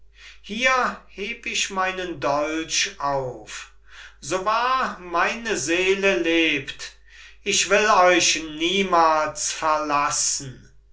hier heb ich meinen dolch auf so wahr meine seele lebt ich will euch niemals verlassen